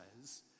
says